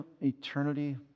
eternity